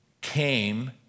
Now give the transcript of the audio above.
came